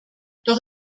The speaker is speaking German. doch